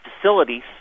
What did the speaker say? facilities